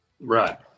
Right